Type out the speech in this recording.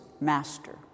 master